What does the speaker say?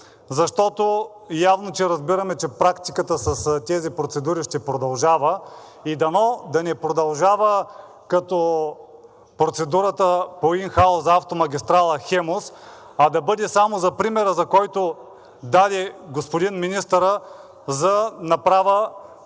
защото явно е, разбираме, че практиката с тези процедури ще продължава и дано да не продължава като процедурата по ин хаус за автомагистрала „Хемус“, а да бъде само за примера, който даде господин министърът – за направа